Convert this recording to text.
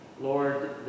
Lord